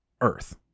Earth